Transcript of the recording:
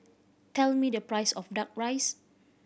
tell me the price of Duck Rice